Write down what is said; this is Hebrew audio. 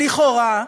לכאורה,